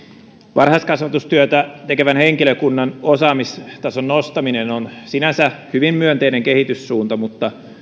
varhaiskasvatustyötä tekevän henkilökunnan osaamistason nostaminen on sinänsä hyvin myönteinen kehityssuunta mutta